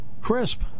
crisp